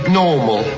normal